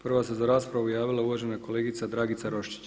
Prva se za raspravu javila uvažena kolegica Dragica Roščić.